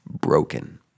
broken